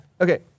okay